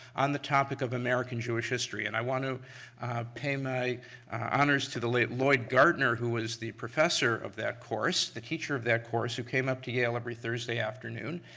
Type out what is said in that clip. on the topic of american jewish history and i want to pay my honors to the late lloyd gartner who was the professor of that course, the teacher of that course, who came up to yale every thursday afternoon.